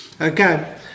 Okay